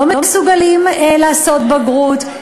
לא מסוגלים לעשות בגרות,